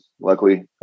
luckily